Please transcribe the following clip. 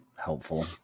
Helpful